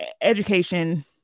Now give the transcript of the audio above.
education